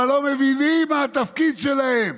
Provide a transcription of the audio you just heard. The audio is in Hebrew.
אבל לא מבינים מה התפקיד שלהם,